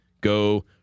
Go